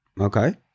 okay